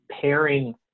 pairing